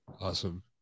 Awesome